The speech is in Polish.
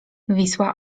wisła